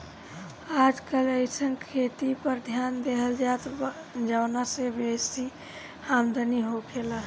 आजकल अइसन खेती पर ध्यान देहल जाता जवना से बेसी आमदनी होखे